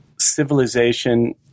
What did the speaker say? Civilization